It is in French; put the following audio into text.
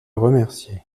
remercier